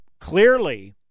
clearly